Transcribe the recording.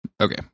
okay